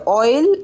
oil